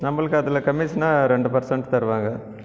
நம்மளுக்கு அதில் கமிஷனாக ரெண்டு பர்சன்ட் தருவாங்க